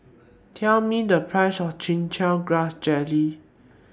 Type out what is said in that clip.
Tell Me The priceS of Chin Chow Grass Jelly